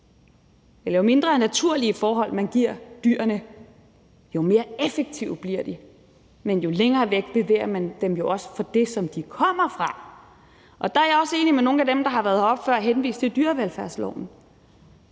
jo mindre naturlige forhold man giver dyrene, jo mere effektive bliver de, men jo længere væk bevæger man dem jo også fra det, de kommer fra. Der er jeg også enig med nogle af dem, der har været heroppe før og henvise til dyrevelfærdsloven,